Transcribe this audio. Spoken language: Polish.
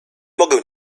mogę